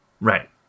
Right